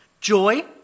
joy